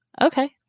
okay